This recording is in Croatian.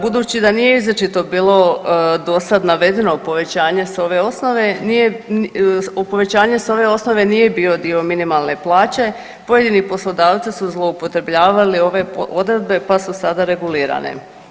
Budući da nije izričito bilo do sada navedeno povećanje s ove osnove nije, povećanje s ove osnove nije bio dio minimalne plaće, pojedini poslodavci su zloupotrebljavali ove odredbe pa su sada regulirane.